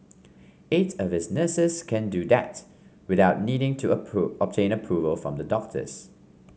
eight of its nurses can do that without needing to obtain approval from the doctors